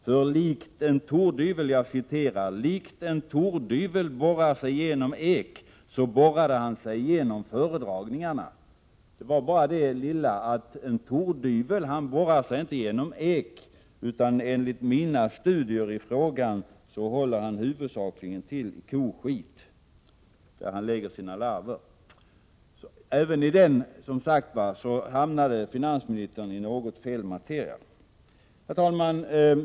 Han beskrev det så, att han likt en tordyvel som borrade sig igenom ek, borrade sig igenom föredragningarna. Nu är det bara det att en tordyvel inte borrar sig igenom ek. Enligt mina studier i frågan håller tordyveln huvudsakligen till i kodynga, där han lägger sina larver. Finansministern hamnade som sagt även där i något fel materia. Herr talman!